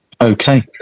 Okay